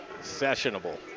Sessionable